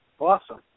Awesome